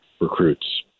recruits